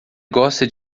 gosta